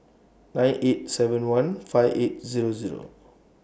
nine eight seven one five eight Zero Zero